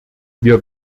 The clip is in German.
wir